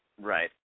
Right